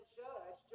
judge